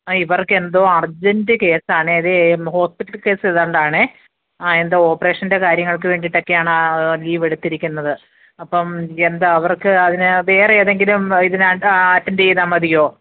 ആ ഇവർക്കെന്തോ അർജൻ്റ് കേസാണെ ഇതേ ഹോസ്പിറ്റൽ കേസായതു കൊണ്ടാണേ ആ എന്തോ ഓപ്പറേഷൻ്റെ കാര്യങ്ങൾക്ക് വേണ്ടിയിട്ടൊക്കെയാണ് ആ ലീവ് എടുത്തിരിക്കുന്നത് അപ്പം എന്താ അവർക്ക് അതിന് വേറേതെങ്കിലും ഇതിനകത്ത് അറ്റൻഡ് ചെയ്താൽ മതിയോ